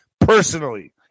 personally